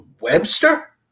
Webster